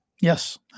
Yes